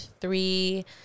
three